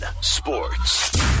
sports